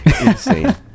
insane